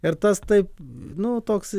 ir tas taip nu toks